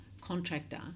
contractor